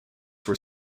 were